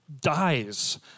dies